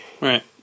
Right